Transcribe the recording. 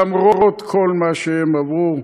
למרות כל מה שהם עברו.